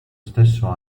stesso